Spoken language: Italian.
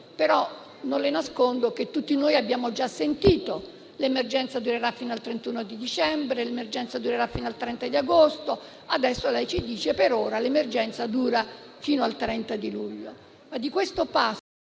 ma non le nascondo che tutti noi abbiamo già sentito che l'emergenza durerà fino al 31 dicembre o fino al 30 di agosto; adesso lei ci dice che per ora l'emergenza durerà fino al 30 luglio.